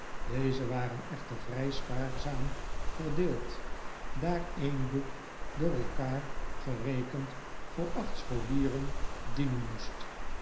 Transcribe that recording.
deze waren echter vrij spaarzaam verdeeld daar een boek door elkaar gerekend voor acht scholieren dienen moest